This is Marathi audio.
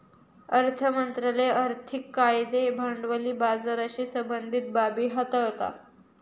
अर्थ मंत्रालय आर्थिक कायदे भांडवली बाजाराशी संबंधीत बाबी हाताळता